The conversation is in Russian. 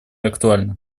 актуальна